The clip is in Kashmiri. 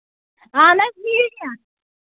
اَہَن حظ یی نا